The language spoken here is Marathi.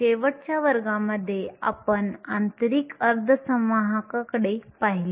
शेवटच्या वर्गामध्ये आपण आंतरिक अर्धवाहकांकडे पाहिले